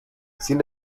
sin